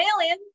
Alien